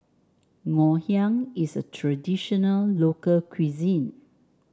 Ngoh Hiang is a traditional local cuisine